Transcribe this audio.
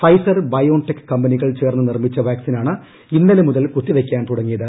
Pfizer BioNTech കമ്പനികൾ ചേർന്ന് നിർമ്മിച്ച വാക്സിനാണ് ഇന്നലെ മുതൽ കുത്തിവയ്ക്കാൻ തുടങ്ങിയത്